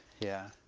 yeah,